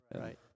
Right